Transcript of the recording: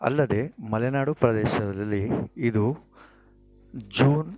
ಅಲ್ಲದೆ ಮಲೆನಾಡು ಪ್ರದೇಶದಲ್ಲಿ ಇದು ಜೂನ್